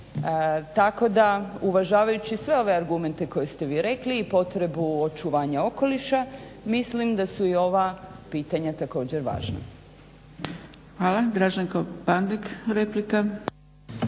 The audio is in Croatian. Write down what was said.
Tako da uvažavajući sve ove argumente koje ste vi rekli i potrebu očuvanja okoliša mislim da su i ova pitanja također važna.